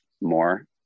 more